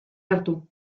hartu